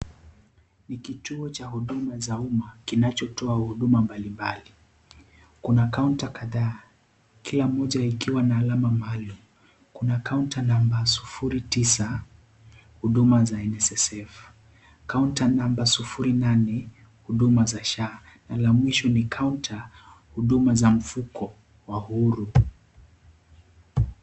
Ni kituo cha huduma za umma, kinachotoa huduma mbali mbali. Kuna kaunta kadhaa, kila moja ikiwa na alama maalum. Kuna kaunta nambari sufuri tisa, huduma za NSSF, kaunta nambari sufuri nane, huduma za SHA, na la mwisho ni kaunta huduma za mfuko, wa huru.